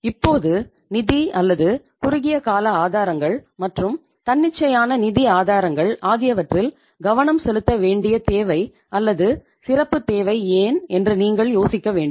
இப்போது நிதி அல்லது குறுகிய கால ஆதாரங்கள் மற்றும் தன்னிச்சையான நிதி ஆதாரங்கள் ஆகியவற்றில் கவனம் செலுத்த வேண்டிய தேவை அல்லது சிறப்பு தேவை ஏன் என்று நீங்கள் யோசிக்க வேண்டும்